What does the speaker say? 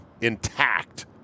intact